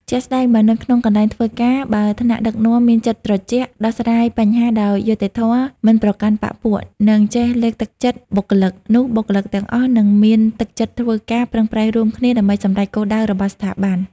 ជាក់ស្ដែង បើនៅក្នុងកន្លែងធ្វើការ បើថ្នាក់ដឹកនាំមានចិត្តត្រជាក់ ដោះស្រាយបញ្ហាដោយយុត្តិធម៌ មិនប្រកាន់បក្សពួក និងចេះលើកទឹកចិត្តបុគ្គលិក នោះបុគ្គលិកទាំងអស់នឹងមានទឹកចិត្តធ្វើការ ប្រឹងប្រែងរួមគ្នាដើម្បីសម្រេចគោលដៅរបស់ស្ថាប័ន។